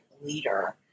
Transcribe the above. leader